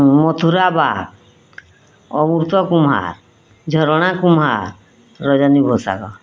Mathura Bag Amrit Kumbhar Jharana Kumbhar Rajani Basak